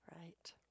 Right